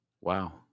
Wow